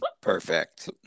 perfect